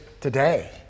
today